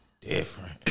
different